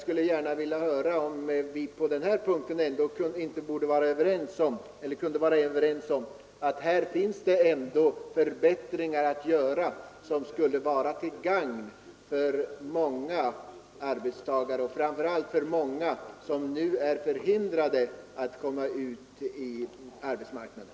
Kunde vi inte vara överens om att det ändå kan göras förbättringar i detta avseende som skulle vara till gagn för många arbetstagare, framför allt för de många som nu är förhindrade att komma ut på arbetsmarknaden?